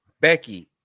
Becky